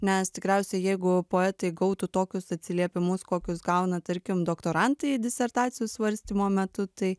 nes tikriausiai jeigu poetai gautų tokius atsiliepimus kokius gauna tarkim doktorantai disertacijų svarstymo metu tai